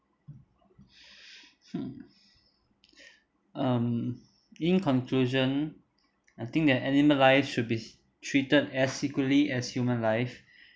um in conclusion I think that animal life should be treated as equally as human life